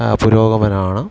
പുരോഗമനമാണ്